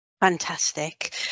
fantastic